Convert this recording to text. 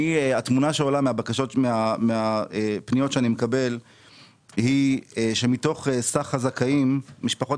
התמונה שעולה מהפניות שאני מקבל היא שמתוך סך המשפחות